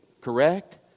correct